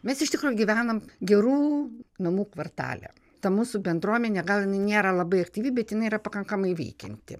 mes iš tikrųjų gyvenam gerų namų kvartale ta mūsų bendruomenė gal jinai nėra labai aktyvi bet jinai yra pakankamai veikianti